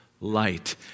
light